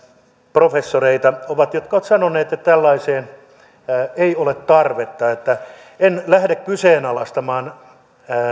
professoreita jotka ovat sanoneet että tällaiseen ei ole tarvetta en lähde kyseenalaistamaan